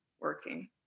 working